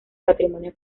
patrimonio